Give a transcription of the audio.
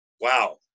wow